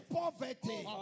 poverty